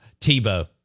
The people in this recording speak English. Tebow